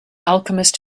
alchemist